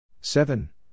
seven